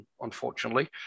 unfortunately